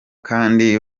kandi